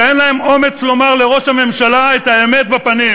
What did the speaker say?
שאין להם אומץ לומר לראש הממשלה את האמת בפנים,